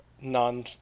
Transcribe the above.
non